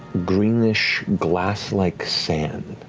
greenish glass-like sand